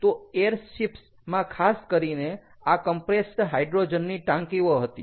તો airships માં ખાસ કરીને આ કમ્પ્રેસ્ડ હાઈડ્રોજનની ટાંકીઓ હતી